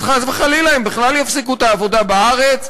אז חס וחלילה הם בכלל יפסיקו את העבודה בארץ,